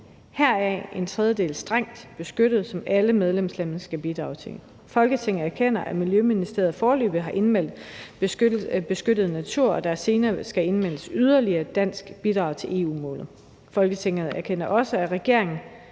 heraf en tredjedel strengt beskyttet, som alle medlemslande skal bidrage til. Folketinget anerkender, at Miljøministeriet foreløbig har indmeldt beskyttet natur, og at der senere kan indmeldes yderligere danske bidrag til EU-målet. Folketinget anerkender også, at regeringen